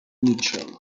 mitchell